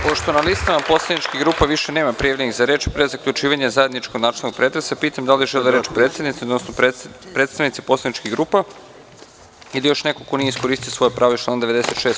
Pošto na listama poslaničkih grupa više nema prijavljenih za reč, pre zaključivanja zajedničkog načelnog pretresa, pitam da li žele reč predsednici, odnosno predstavnici poslaničkih grupa ili još neko ko nije iskoristio svoje pravo iz člana 96.